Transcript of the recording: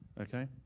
Okay